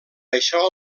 això